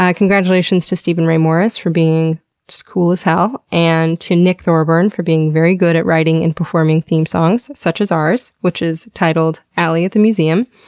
ah congratulations to steven ray morris for being just cool as hell, and to nick thorburn for being very good at writing and performing theme songs, such as ours which is titled alie at the museum.